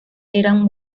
eran